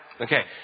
Okay